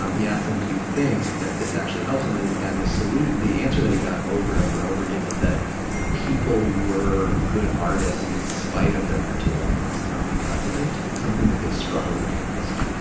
um he asked them, do you think that this actually helps? and the, and the solu, the answer that he got over and over and over again is that people were good artists in spite of their mental illness, not because of it. it's something that they struggled against.